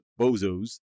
bozos